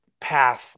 path